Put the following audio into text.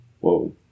Whoa